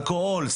אלכוהול,